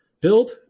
build